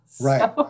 Right